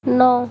ନଅ